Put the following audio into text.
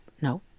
no